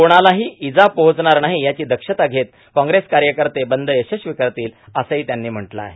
कोणालाही इजा पोहोचणार नाही याची दक्षता घेत काँग्रेस कार्यकर्ते बंद यशस्वी करतील असंही त्यांनी म्हटलं आहे